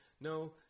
no